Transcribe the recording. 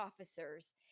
officers